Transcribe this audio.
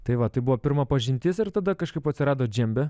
tai va tai buvo pirma pažintis ir tada kažkaip atsirado džembe